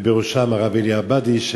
ובראשם הרב אלי עבאדי,